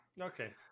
okay